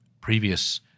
previous